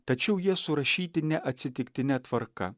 tačiau jie surašyti ne atsitiktine tvarka